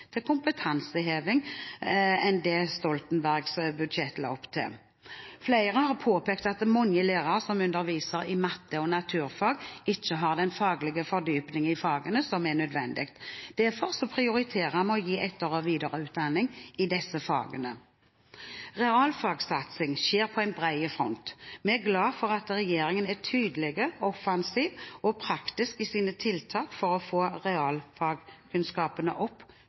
til kompetanseheving enn det som Stoltenberg-regjeringens budsjett la opp til. Flere har påpekt at mange lærere som underviser i matte og naturfag, ikke har den nødvendige faglige fordypningen i fagene. Derfor prioriterer vi å gi etter- og videreutdanning i disse fagene. Realfagssatsingen skjer på bred front. Vi er glade for at regjeringen er tydelig, offensiv og praktisk i sine tiltak for å få realfagskunnskapene opp